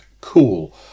cool